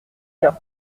heure